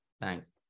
Thanks